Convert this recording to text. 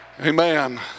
Amen